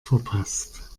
verpasst